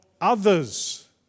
others